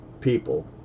people